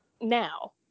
now